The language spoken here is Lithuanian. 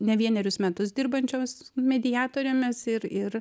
ne vienerius metus dirbančios mediatorėmis ir ir